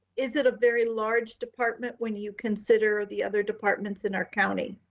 is it a very large department when you consider the other departments in our county?